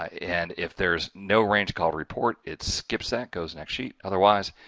and if there's no range called report, it skips that goes next sheet, otherwise